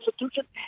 institution